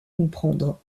comprendre